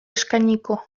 eskainiko